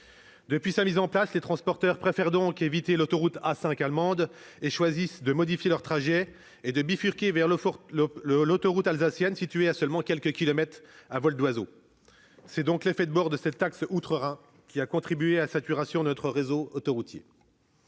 gouvernement Schröder, les transporteurs préfèrent éviter l'autoroute A5 allemande : ils choisissent de modifier leur trajet et de bifurquer vers l'autoroute alsacienne située à seulement quelques kilomètres à vol d'oiseau. C'est l'effet de bord de cette taxe instituée outre-Rhin qui a contribué à la saturation de notre réseau autoroutier.